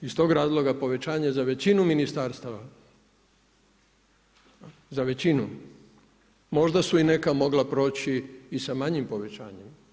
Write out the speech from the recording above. Iz tog razloga povećanje za većinu ministarstava, za većinu, možda su i neka mogla proći i sa manjem povećanje.